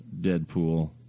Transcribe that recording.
Deadpool